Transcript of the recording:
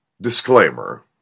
disclaimer